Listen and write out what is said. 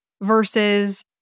versus